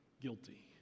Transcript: guilty